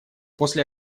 после